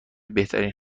بهترین